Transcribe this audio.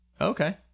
Okay